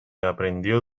aprendió